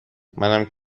منم